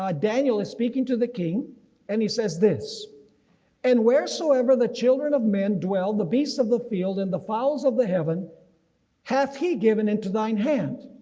ah daniel is speaking to the king and he says this and where so ever the children of men dwell, the beasts of the field in and the fowls of the heaven hath he given into thine hand,